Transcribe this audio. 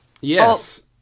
Yes